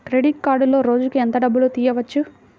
Credit కార్డులో రోజుకు ఎంత డబ్బులు తీయవచ్చు?